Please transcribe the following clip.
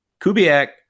Kubiak